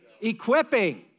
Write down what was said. equipping